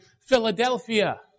Philadelphia